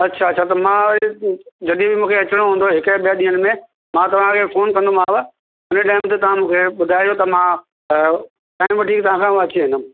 अच्छा अच्छा त मां जॾहिं बि मूंखे अचिणो हूंदो हिकु ॿ ॾींहंनि में मां तव्हांखे फ़ोन कंदोमांव हुन टाइम ते तव्हां मूंखे ॿुधाइजो त मां टाइम वठी तव्हां खां अची वेंदुमि